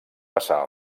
passar